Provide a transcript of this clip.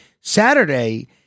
Saturday